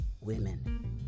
women